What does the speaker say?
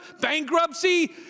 bankruptcy